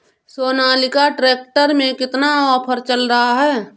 Sonalika tractor में कितना offer चल रहा है?